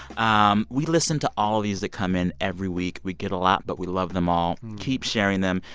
um we listen to all of these that come in every week. we get a lot, but we love them all. keep sharing them.